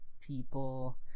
people